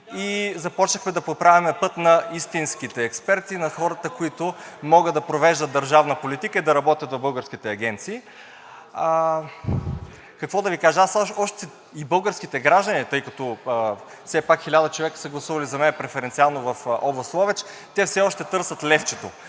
и започнахме да проправяме път на истинските експерти (реплики от ГЕРБ-СДС), на хората, които могат да провеждат държавна политика и да работят в българските агенции. Какво да Ви кажа? И българските граждани, тъй като все пак 1000 човека са гласували за мен преференциално в област Ловеч, те все още търсят левчето